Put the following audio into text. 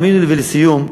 לסיום,